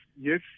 Yes